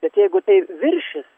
bet jeigu tai viršys